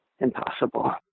impossible